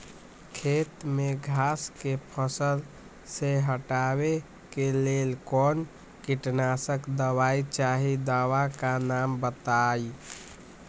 खेत में घास के फसल से हटावे के लेल कौन किटनाशक दवाई चाहि दवा का नाम बताआई?